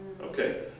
okay